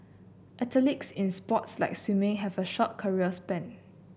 athletes in sports like swimming have a short career span